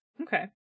Okay